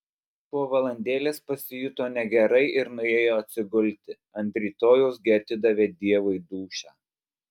po valandėlės pasijuto negerai ir nuėjo atsigulti ant rytojaus gi atidavė dievui dūšią